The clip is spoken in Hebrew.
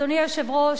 אדוני היושב-ראש,